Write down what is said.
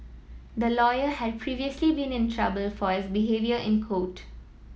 the lawyer had previously been in trouble for his behaviour in court